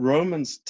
Romans